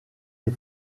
les